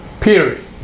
period